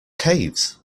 caves